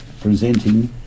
presenting